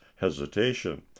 hesitation